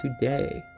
today